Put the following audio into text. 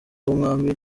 w’umwami